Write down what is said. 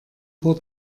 vor